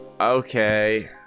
Okay